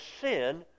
sin